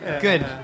good